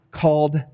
called